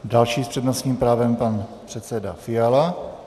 Další s přednostním právem je pan předseda Fiala.